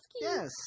Yes